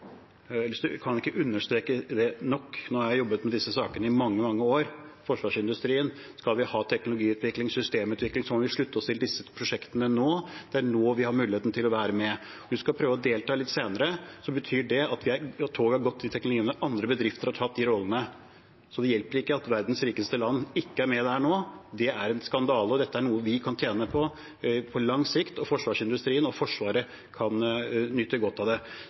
kan ikke understreke det nok. Nå har jeg jobbet med disse sakene i mange år – forsvarsindustrien – og skal vi ha teknologiutvikling og systemutvikling, må vi slutte oss til disse prosjektene nå. Det er nå vi har muligheten til å være med. Om vi skal prøve å delta litt senere, betyr det at toget har gått på teknologiområdet – andre bedrifter har tatt de rollene. Så det hjelper ikke at verdens rikeste land ikke er med der nå. Det er en skandale. Dette er noe vi kan tjene på på lang sikt, og forsvarsindustrien og Forsvaret kan nyte godt av det.